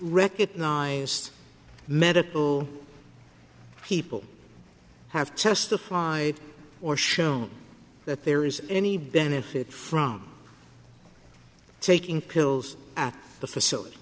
recognized medical people have testified or shown that there is any benefit from taking pills at the facilit